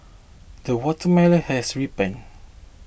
the watermelon has ripened